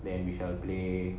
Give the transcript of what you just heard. then we shall play